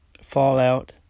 Fallout